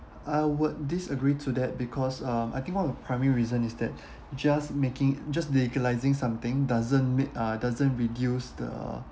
I would disagree to that because um I think one of the primary reason is that just making just legalizing something doesn't make uh doesn't reduce the